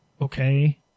okay